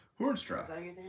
Hornstra